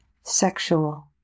sexual